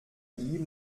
ihm